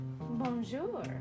Bonjour